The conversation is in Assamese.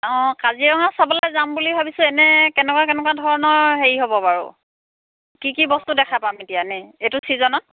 অ' কাজিৰঙা চাবলৈ যাম বুলি ভাবিছোঁ এনে কেনেকুৱা কেনেকুৱা ধৰণৰ হেৰি হ'ব বাৰু কি কি বস্তু দেখা পাম এতিয়া এনে এইটো চিজনত